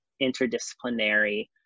interdisciplinary